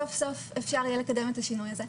סוף סוף אפשר יהיה לקדם את השינוי הזה.